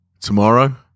Tomorrow